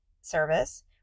service